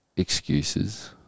Excuses